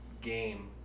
game